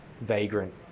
vagrant